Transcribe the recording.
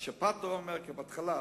בהתחלה,